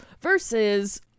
versus